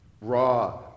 raw